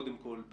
קודם כול,